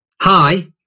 hi